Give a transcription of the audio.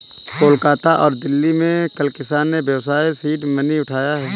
कोलकाता और दिल्ली में कल किसान ने व्यवसाय सीड मनी उठाया है